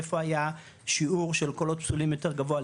איפה היה שיעור של קולות פסולים יותר גבוה,